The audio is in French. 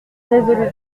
résolut